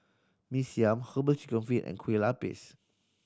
Mee Siam Herbal Chicken Feet and Kueh Lupis